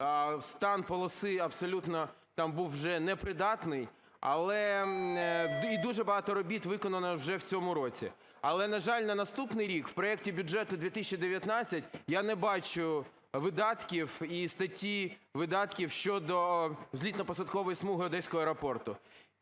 Стан полоси абсолютно там був вже непридатний і дуже багато робіт виконано вже в цьому році. Але, на жаль, на наступний рік в проекті бюджету 2019 я не бачу видатків і статті видатків щодо злітно-посадкової смуги одеського аеропорту.